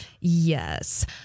Yes